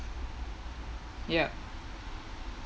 yup